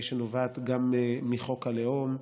שנובעות גם מחוק הלאום,